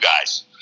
guys